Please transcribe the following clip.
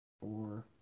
four